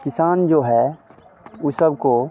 किसान जो है ऊ सब को